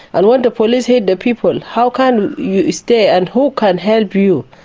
and when the police hate the people, how can you stay and who can help you?